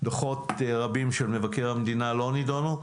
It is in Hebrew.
דוחות רבים של מבקר המדינה לא נידונו,